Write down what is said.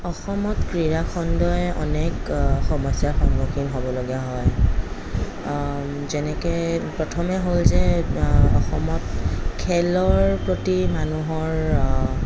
অসমত ক্ৰীড়া খণ্ডই অনেক সমস্যাৰ সন্মুখীন হ'বলগীয়া হয় যেনেকৈ প্ৰথমে হ'ল যে অসমত খেলৰ প্ৰতি মানুহৰ